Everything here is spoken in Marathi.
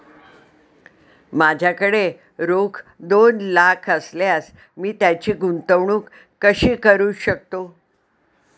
माझ्याकडे रोख दोन लाख असल्यास मी त्याची गुंतवणूक कशी करू शकतो?